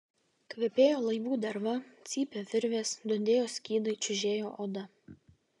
kvepėjo laivų derva cypė virvės dundėjo skydai čiužėjo oda